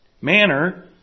Manner